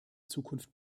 zukunft